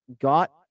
got